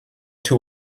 two